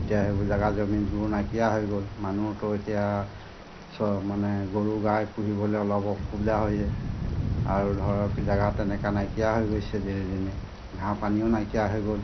এতিয়া সেইবোৰ জেগা জমিনবোৰ নাইকিয়া হৈ গ'ল মানুহতো এতিয়া চ মানে গৰু গাই পুহিবলৈ অলপ অসুবিধা হৈ যায় আৰু ধৰক জেগা তেনেকা নাইকিয়া হৈ গৈছে দিনেদিনে ঘাঁহ পানীও নাইকিয়া হৈ গ'ল